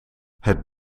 het